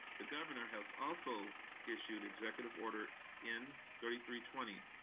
the governor has also issued executive order n thirty three twenty,